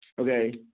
Okay